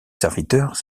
serviteurs